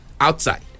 outside